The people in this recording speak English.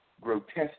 grotesque